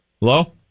Hello